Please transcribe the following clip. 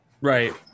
Right